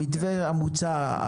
המתווה המוצע,